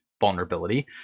vulnerability